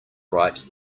right